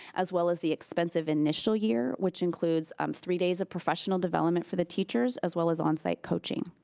as well as the expense of the initial year, which includes um three days of professional development for the teachers, as well as onsite coaching.